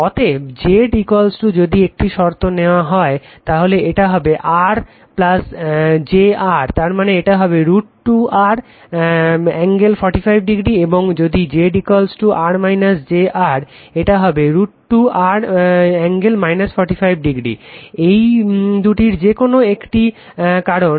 অতএব Z যদি একটি শর্ত নেওয়া যায় তাহলে এটা হবে R jR তারমানে এটা হবে √ 2 R45° এবং যদি Z R - jR এটা হবে √ 2 R∠ 45° এইদুটির যেকোনো একটি কারণ